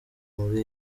muri